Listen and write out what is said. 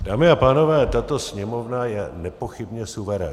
Dámy a pánové, tato Sněmovna je nepochybně suverén.